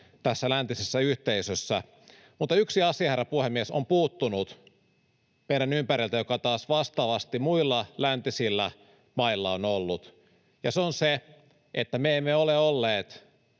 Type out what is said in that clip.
tässä läntisessä yhteisössä. Mutta yksi asia, herra puhemies, on puuttunut meidän ympäriltämme, joka taas vastaavasti muilla läntisillä mailla on ollut, ja se on se, että me emme ole olleet